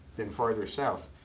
than farther south.